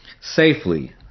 Safely